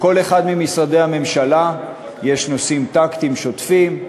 בכל אחד ממשרדי הממשלה יש נושאים טקטיים שוטפים,